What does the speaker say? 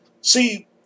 See